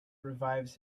revives